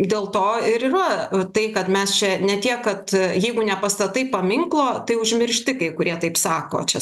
dėl to ir yra tai kad mes čia ne tiek kad jeigu nepastatai paminklo tai užmiršti kai kurie taip sako čia